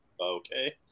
Okay